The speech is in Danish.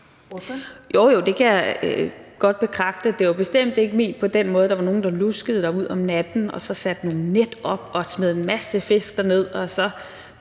(RV): Jo, det kan jeg godt bekræfte, og det var bestemt ikke ment på den måde, at der var nogen, der luskede derud om natten og satte nogle net op og smed en masse fisk derned, tog